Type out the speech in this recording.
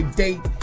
date